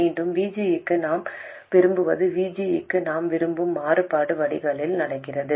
மீண்டும் VG க்கு நாம் விரும்புவது VG க்கு நாம் விரும்பும் மாறுபாடு வடிகாலில் நடக்கிறது